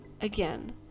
again